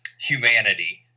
humanity